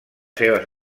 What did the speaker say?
seves